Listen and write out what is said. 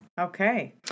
Okay